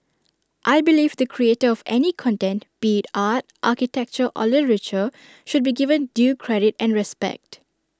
I believe the creator of any content be art architecture or literature should be given due credit and respect